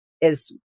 is-